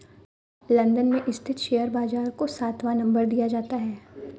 London में स्थित share बाजार को सातवां नम्बर दिया जाता है